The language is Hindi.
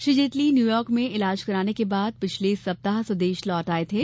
श्री जेटली न्यूयॉर्क में इलाज कराने के बाद पिछले सप्ताह स्वदेश लौट आए थे